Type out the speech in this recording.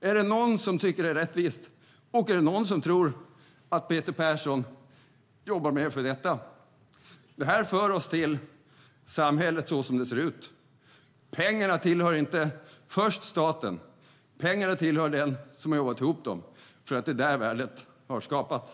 Är det någon som tycker att det är rättvist, och är det någon som tror att Peter Persson jobbar mer för det? Det här för oss till samhället som det ser ut. Pengarna tillhör inte först staten. Pengarna tillhör den som har jobbat ihop dem, för det är där värdet har skapats.